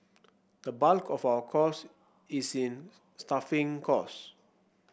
the bulk of our costs is in staffing costs